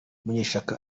munyeshyaka